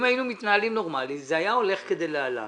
אם היינו מתנהלים נורמלי, זה היה הולך כדלהלן: